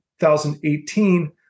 2018